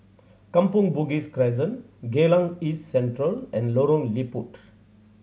Kampong Bugis Crescent Geylang East Central and Lorong Liput